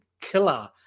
killer